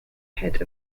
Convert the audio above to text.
head